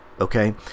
okay